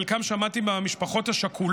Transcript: על חלקם אני שומע מהמשפחות השכולות.